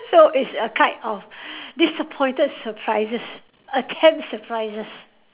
so it's a kind of disappointed surprises attempt surprises